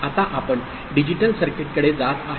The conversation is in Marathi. आता आपण डिजिटल सर्किटकडे जात आहे